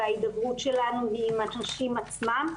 וההידברות שלנו היא עם אנשים עצמם,